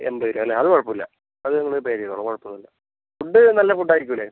എൺപത് രൂപയല്ലേ അത് കുഴപ്പമില്ല അത് നമ്മൾ പേ ചെയ്തോളാം കുഴപ്പമൊന്നും ഇല്ലാ ഫുഡ് നല്ല ഫുഡ് ആയിരിക്കൂലേ